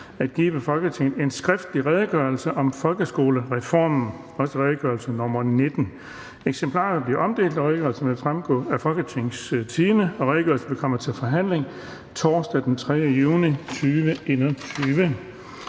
at give Folketinget en skriftlig Redegørelse om folkeskolereformen. (Redegørelse nr. R 19). Eksemplarer vil blive omdelt, og redegørelsen vil fremgå af www.folketingstidende.dk. Redegørelsen vil komme til forhandling torsdag den 3. juni 2021.